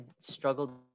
struggled